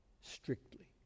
Strictly